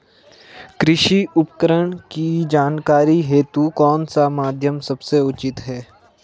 कृषि उपकरण की जानकारी हेतु कौन सा माध्यम सबसे उचित है?